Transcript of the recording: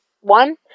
one